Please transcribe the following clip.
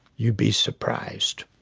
you'd be surprised.